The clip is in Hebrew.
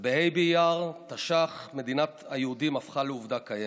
ובה' באייר תש"ח מדינת היהודים הפכה לעובדה קיימת.